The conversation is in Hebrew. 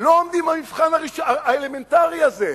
לא עומדים במבחן האלמנטרי הזה.